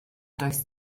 does